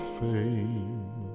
fame